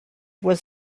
was